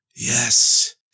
yes